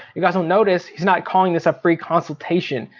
you guys will notice he's not calling this a free consultation.